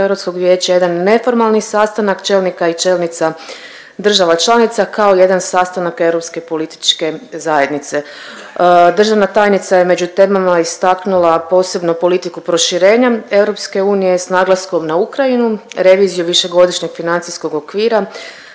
Europskog vijeća, jedan neformalni sastanak čelnika i čelnica država članica kao i jedan sastanak Europske političke zajednice. Državna tajnica je među temama istaknula posebno politiku proširenja EU s naglaskom na Ukrajinu, reviziju višegodišnjeg financijskog okvira,